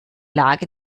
lage